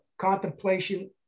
contemplation